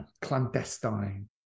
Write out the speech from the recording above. clandestine